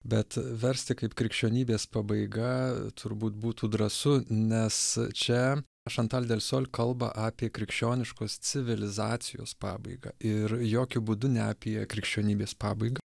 bet versti kaip krikščionybės pabaiga turbūt būtų drąsu nes čia šantal delsol kalba apie krikščioniškos civilizacijos pabaigą ir jokiu būdu ne apie krikščionybės pabaigą